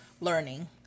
learning